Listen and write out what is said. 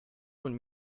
von